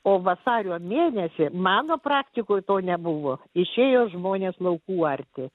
o vasario mėnesį mano praktikoj to nebuvo išėjo žmonės laukų arti